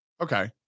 Okay